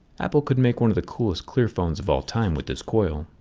apple could make one of the coolest clear phones of all time with this coil.